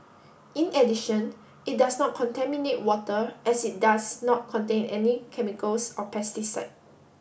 in addition it does not contaminate water as it does not contain any chemicals or pesticide